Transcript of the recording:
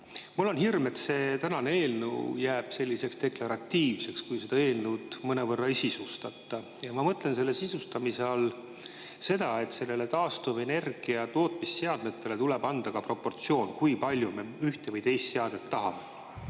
Mul on hirm, et see tänane eelnõu jääb selliseks deklaratiivseks, kui seda eelnõu mõnevõrra ei sisustata. Ma mõtlen selle sisustamise all seda, et taastuvenergia tootmise seadmete puhul tuleb panna paika ka proportsioon, kui palju me ühte või teist seadet tahame.